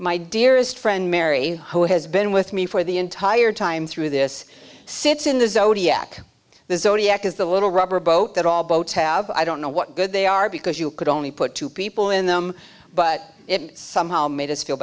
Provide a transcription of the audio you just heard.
my dearest friend mary who has been with me for the entire time through this sits in the zodiac there's only act as the little rubber boat that all boats have i don't know what good they are because you could only put two people in them but it somehow made us feel